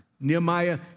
Nehemiah